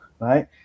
right